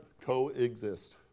coexist